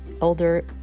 older